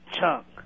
Chunk